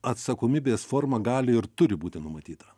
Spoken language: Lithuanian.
atsakomybės forma gali ir turi būti numatyta